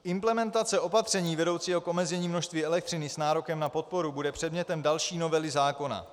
Implementace opatření vedoucího k omezení množství elektřiny s nárokem na podporu bude předmětem další novely zákona.